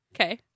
Okay